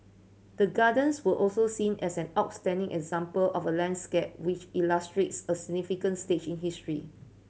the Gardens were also seen as an outstanding example of a landscape which illustrates a significant stage in history